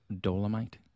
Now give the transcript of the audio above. dolomite